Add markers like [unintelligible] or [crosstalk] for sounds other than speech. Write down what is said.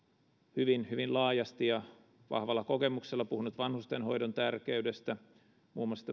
hyvin hyvin laajasti ja vahvalla kokemuksella puhunut vanhustenhoidon tärkeydestä muun muassa [unintelligible]